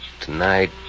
tonight